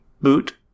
boot